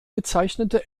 gezeichnete